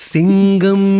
Singam